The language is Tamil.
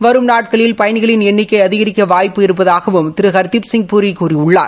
வரும் நாட்களில் பயணிகளின் எண்ணிக்கை அதிகிக்க வாய்ப்பு இருப்பதாகவும் திரு ஹர்தீபசிங் பூரி கூறியுள்ளார்